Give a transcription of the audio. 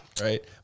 Right